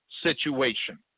situation